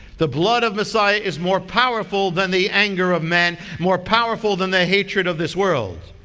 the blood of messiah is more powerful than the anger of men. more powerful than the hatred of this world.